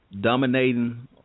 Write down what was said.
dominating